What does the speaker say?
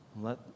Let